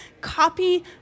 copy